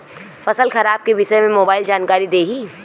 फसल खराब के विषय में मोबाइल जानकारी देही